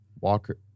Walker